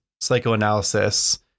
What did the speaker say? psychoanalysis